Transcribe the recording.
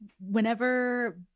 whenever